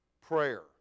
prayer